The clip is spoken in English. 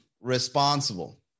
responsible